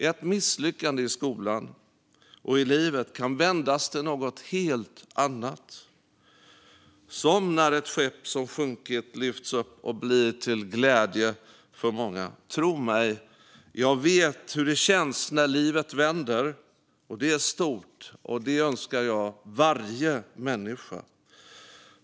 Ett misslyckande i skolan och i livet kan vändas till något helt annat - som när ett skepp som sjunkit lyfts upp och blir till glädje för många. Tro mig, jag vet hur det känns när livet vänder. Det är stort, och det önskar jag varje människa.